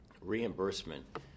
reimbursement